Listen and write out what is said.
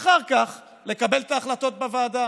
ואחר כך לקבל את ההחלטות בוועדה